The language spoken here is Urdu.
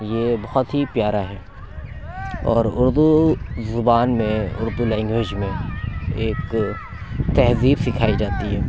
یہ بہت ہی پیارا ہے اور اُردو زبان میں اُردو لینگویج میں ایک تہذیب سکھائی جاتی ہے